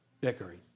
bickering